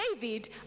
David